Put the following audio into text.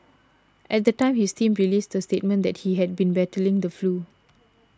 at the time his team released a statement that he had been battling the flu